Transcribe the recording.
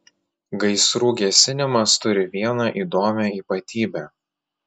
gaisrų gesinimas turi vieną įdomią ypatybę